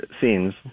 scenes